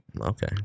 Okay